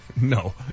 No